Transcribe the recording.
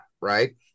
Right